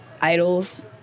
Idols